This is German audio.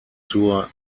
zur